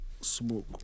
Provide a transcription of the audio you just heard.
smoke